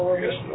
yes